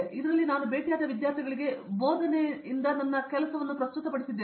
ಇದರಲ್ಲಿ ನಾನು ಭೇಟಿಯಾದ ವಿದ್ಯಾರ್ಥಿಗಳಿಗೆ ಬೋಧನೆಯನ್ನು ನಾನು ನನ್ನ ಕೆಲಸವನ್ನು ಪ್ರಸ್ತುತಪಡಿಸಿದ್ದೇನೆ